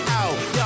out